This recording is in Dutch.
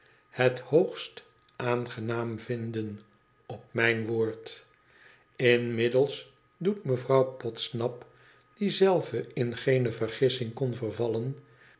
het hoogst aangenaam vinden op mijn woord inmiddels doet mevrouw podsnap die zelve in geene vergissing kon vervallen